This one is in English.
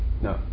No